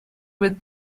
with